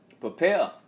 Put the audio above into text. prepare